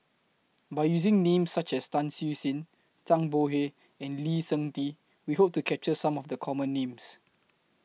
By using Names such as Tan Siew Sin Zhang Bohe and Lee Seng Tee We Hope to capture Some of The Common Names